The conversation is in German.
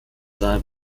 drei